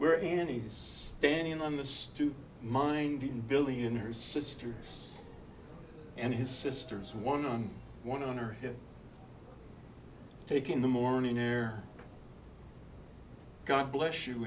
where any standing on the stoop minding billy in her sister and his sister's one on one on her hip taking the morning air god bless you